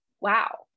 wow